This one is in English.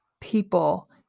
people